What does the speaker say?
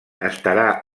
estarà